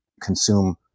consume